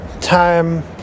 time